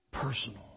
Personal